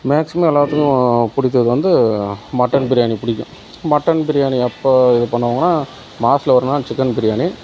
maximum எல்லாத்துக்கும் பிடிச்சது வந்து மட்டன் பிரியாணி பிடிக்கும் மட்டன் பிரியாணி எப்போது இது பண்ணுவாங்கனால் மாதத்துல ஒரு நாள் சிக்கன் பிரியாணி